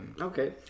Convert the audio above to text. Okay